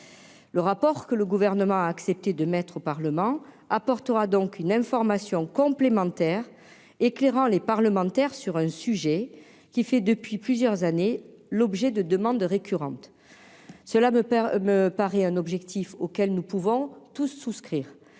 Le rapport que le gouvernement a accepté de mettre au Parlement apportera donc une information complémentaire éclairant les parlementaires sur un sujet qui fait depuis plusieurs années l'objet de demandes récurrentes, cela me perds me paraît un objectif auquel nous pouvons tous souscrire